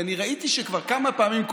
כי אני ראיתי שכבר כמה פעמים,